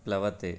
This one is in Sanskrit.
प्लवते